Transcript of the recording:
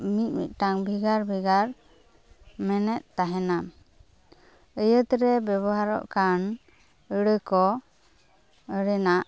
ᱢᱤᱫ ᱢᱤᱫᱴᱟᱝ ᱵᱷᱮᱜᱟᱨ ᱵᱷᱮᱜᱟᱨ ᱢᱮᱱᱮᱫ ᱛᱟᱦᱮᱱᱟ ᱟᱹᱭᱟᱹᱛ ᱨᱮ ᱵᱮᱵᱚᱦᱟᱨᱚᱜ ᱠᱟᱱ ᱟᱹᱲᱟᱹ ᱠᱚ ᱨᱮᱱᱟᱜ